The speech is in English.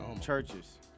Churches